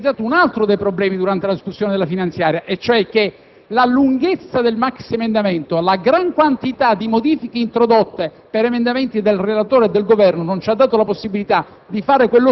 infatti, un altro problema durante la discussione della finanziaria: la lunghezza del maxiemendamento e la gran quantità di modifiche introdotte attraverso emendamenti del relatore e del Governo non ci hanno dato la possibilità